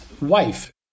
wife